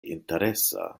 interesa